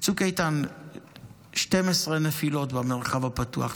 בצוק איתן 12 נפילות במרחב הפתוח.